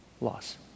loss